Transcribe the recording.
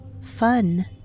Fun